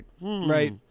Right